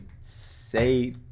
say